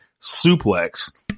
SUPLEX